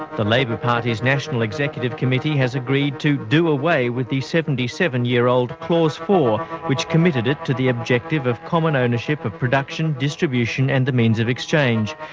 the labour party's national executive committee has agreed to do away with the seventy seven year old clause four, which committed it to the objective of common ownership of production, distribution and the means of exchange.